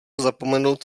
zapomenout